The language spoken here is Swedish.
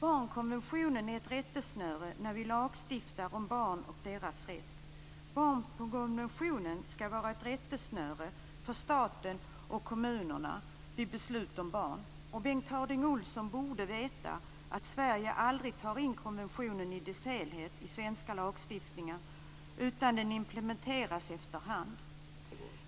Barnkonventionen är ett rättesnöre när vi lagstiftar om barn och deras rätt. Barnkonventionen skall vara ett rättesnöre för staten och kommunerna vid beslut om barn. Bengt Harding Olson borde veta att Sverige aldrig har tagit in konventionen i dess helhet i den svenska lagstiftningen, utan den implementeras efter hand.